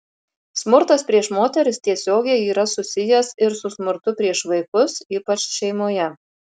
smurtas prieš moteris tiesiogiai yra susijęs ir su smurtu prieš vaikus ypač šeimoje